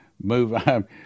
move